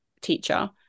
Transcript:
teacher